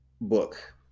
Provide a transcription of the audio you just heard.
book